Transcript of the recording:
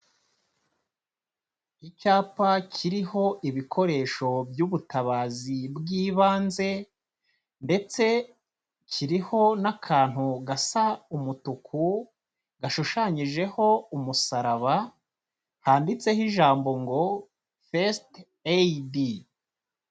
Icyapa kiriho ibikoresho by'ubutabazi bw'ibanze ndetse kiriho n'akantu gasa umutuku gashushanyijeho umusaraba, handitseho ijambo ngo FIRST AID.